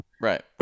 Right